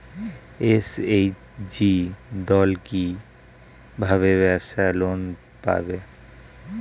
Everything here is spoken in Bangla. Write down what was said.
এস.এইচ.জি দল কী ভাবে ব্যাবসা লোন পাবে?